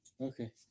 Okay